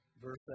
Verse